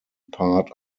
part